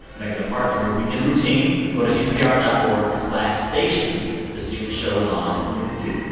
make it a part of your weekend routine. go to npr dot org slash stations to see if the show is on near you.